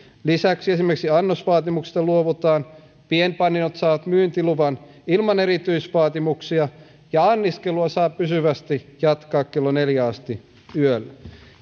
lisäksi esimerkiksi annosvaatimuksista luovutaan pienpanimot saavat myyntiluvan ilman erityisvaatimuksia ja anniskelua saa pysyvästi jatkaa kello neljään asti yöllä